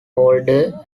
older